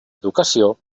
educació